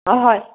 অঁ হয়